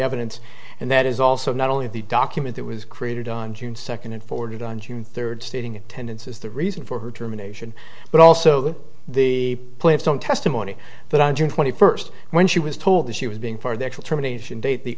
evidence and that is also not only the document that was created on june second and forwarded on june third stating attendances the reason for her terminations but also that the plaintiffs don't testimony that on june twenty first when she was told that she was being for the actual terminations date the